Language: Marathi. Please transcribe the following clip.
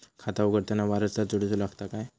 खाता उघडताना वारसदार जोडूचो लागता काय?